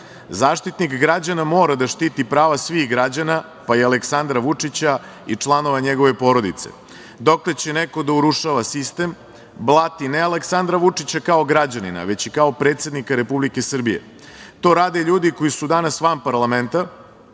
Zaštitnik građana mora da štiti prava svih građana, pa i Aleksandra Vučića i članova njegove porodice. Dokle će neko da urušava sistem, blati ne Aleksandra Vučića kao građanina, već kao predsednika Republike Srbije? To rade ljudi koji su danas van parlamenta,